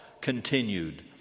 continued